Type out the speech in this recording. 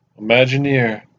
Imagineer